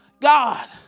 God